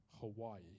Hawaii